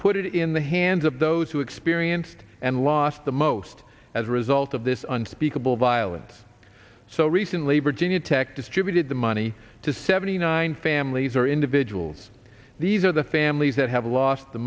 put it in the hands of those who experienced and lost the most as a result of this unspeakable violence so recently virginia tech distributed the money to seventy nine families or individuals these are the families that have lost the